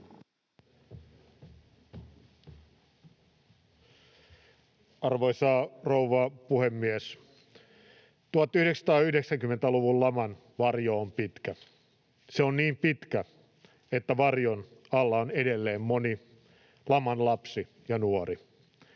Arvoisa rouva puhemies! 1990-luvun laman varjo on pitkä. Se on niin pitkä, että varjon alla on edelleen moni laman lapsi ja nuori.